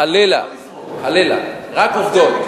חלילה, חלילה, רק עובדות.